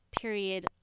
period